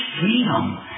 freedom